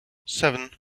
seven